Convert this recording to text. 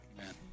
Amen